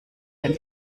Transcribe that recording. den